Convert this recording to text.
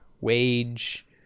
wage